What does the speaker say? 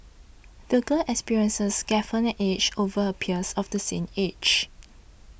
the girl's experiences gave her an edge over her peers of the same age